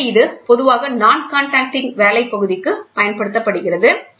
எனவே இது பொதுவாக நான் கண்டக்டிங் வேலைப் பகுதிக்கு பயன்படுத்தப்படுகிறது